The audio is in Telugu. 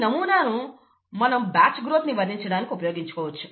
ఈ నమూనాను మనం బ్యాచ్ గ్రోత్ ని వర్ణించడానికి ఉపయోగించుకోవచ్చు